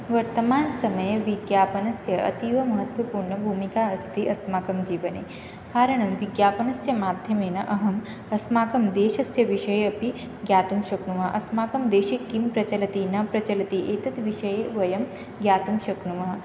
वर्तमानसमये विज्ञापनस्य अतीव महत्त्वपूर्णभूमिका अस्ति अस्माकं जीवने कारणं विज्ञापनस्य माध्यमेन अहम् अस्माकं देशस्य विषये अपि ज्ञातुं शक्नुमः अस्माकं देशे किं प्रचलति न प्रचलति एतत् विषये वयं ज्ञातुं शक्नुमः